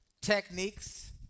techniques